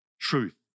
truth